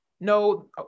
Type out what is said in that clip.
no